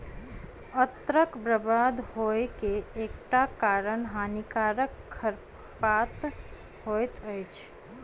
अन्नक बर्बाद होइ के एकटा कारण हानिकारक खरपात होइत अछि